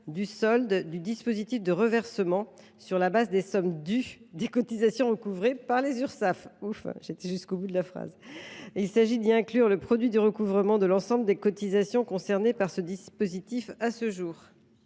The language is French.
du solde du dispositif de reversement sur la base des sommes dues des cotisations recouvrées par les Urssaf. Il s’agit d’y inclure le produit du recouvrement de l’ensemble des cotisations concernées par le dispositif à ce jour.